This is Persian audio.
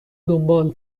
دنبال